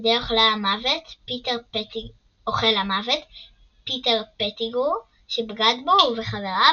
ידי אוכל המוות פיטר פטיגרו שבגד בו ובחבריו,